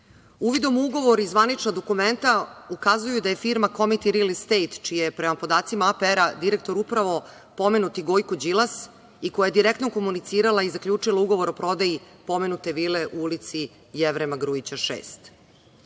izneli. Uvidom ugovori zvanična dokumenta ukazuju da je firma „Komiti ril estejt“, čije prema podacima APR direktor upravo pomenuti Gojko Đilas i koja je direktno komunicirala i zaključila ugovor o prodaji pomenute vile u ulici Jevrema Grujića 6.